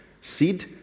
seed